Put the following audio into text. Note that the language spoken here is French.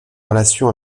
relations